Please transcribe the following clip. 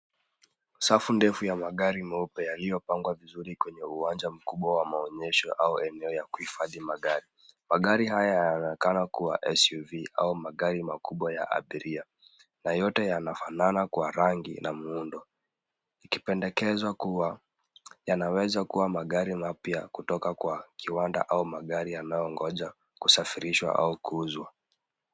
Safu ndefu ya magari meupe yaliyopangwa vizuri kwenye uwanja mkubwa wa maonyesho au eneo ya kuhifadhi magari. Magari haya yanaonekana kuwa SUV au magari makubwa ya abiria na yote yanafanana kwa rangi na muundo. Ikipendekeza kuwa yanawezakuwa magari mapya kutoka kwa kiwanda au magari yanayongoja kusafirishwa au kuuzwa.